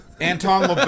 Anton